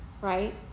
right